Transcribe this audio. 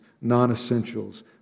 non-essentials